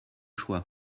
choix